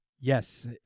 Yes